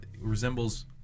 resembles